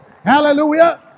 Hallelujah